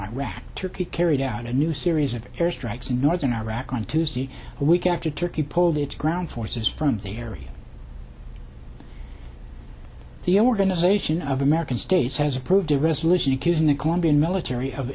iraq turkey carried out a new series of airstrikes in northern iraq on tuesday week after turkey pulled its ground forces from the area the organization of american states has approved a resolution accusing the colombian military of